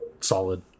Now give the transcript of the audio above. solid